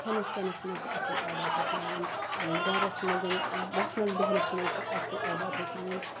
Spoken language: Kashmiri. کھیٚنَس چَیٚنَس مَنٛز تہِ اصٕل عادات ہیٚچھناوٕنۍ گَرَس مَنٛز ووٚتھنَس بہنَس مَنٛز تہِ اصٕل عادات ہیٚچھناوٕنۍ